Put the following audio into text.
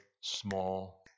small